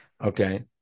okay